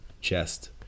chest